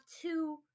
two